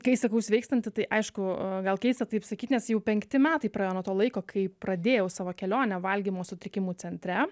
kai sakau sveikstanti tai aišku gal keista taip sakyt nes jau penkti metai praėjo nuo to laiko kai pradėjau savo kelionę valgymo sutrikimų centre